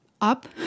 up